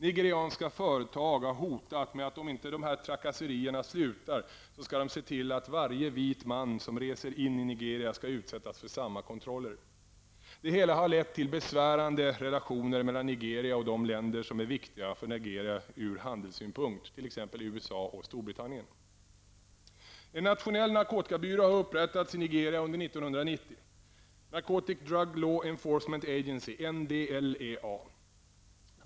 Nigerianska företag har hotat med att om inte dessa ''trakasserier'' slutar så skall de se till att varje vit man som reser in i Nigeria skall utsättas för samma kontroller. Det hela har lett till besvärande relationer mellan Nigeria och de länder som är viktiga för Nigeria ur handelssynpunkt, t.ex. En nationell narkotikabyrå har upprättats i Nigeria under 1990, Narcotic Drug Law Enforcement Agency, NDLEA.